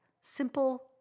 Simple